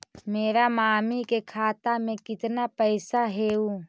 मेरा मामी के खाता में कितना पैसा हेउ?